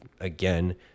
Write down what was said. again